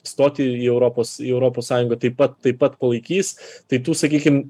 stoti į europos į europos sąjungą taip pat taip pat palaikys tai tų sakykim